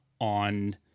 on